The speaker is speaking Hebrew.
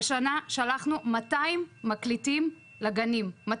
השנה שלחנו 200 מקליטים לגנים.